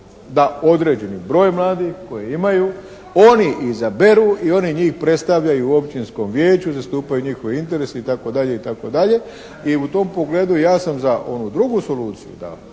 da određeni broj mladih koje imaju oni izaberu i oni njih predstavljaju u općinskom vijeću, zastupaju njihove interese i tako dalje i tako dalje. I u tom pogledu ja sam za onu drugu soluciju